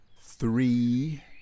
three